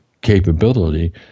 capability